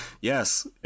yes